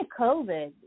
COVID